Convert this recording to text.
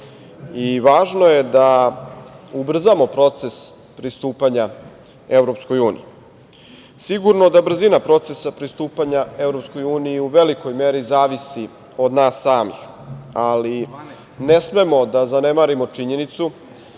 Važno je da ubrzamo proces pristupanja EU. Sigurno da brzina procesa pristupanja EU u velikoj meri zavisi od nas samih, ali ne smemo da zanemarimo činjenicu